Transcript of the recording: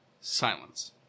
Silence